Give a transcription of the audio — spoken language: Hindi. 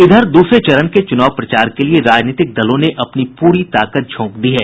इधर दूसरे चरण के चुनाव प्रचार के लिए राजनीतिक दलों ने अपनी पूरी ताकत झोंक दी है